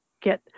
get